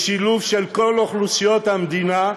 בשילוב של כל אוכלוסיות המדינה,